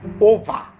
Over